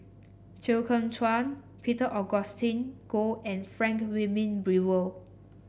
Chew Kheng Chuan Peter Augustine Goh and Frank Wilmin Brewer